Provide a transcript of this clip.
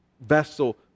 vessel